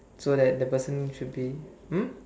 so that the person should be hmm